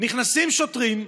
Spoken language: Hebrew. נכנסים שוטרים,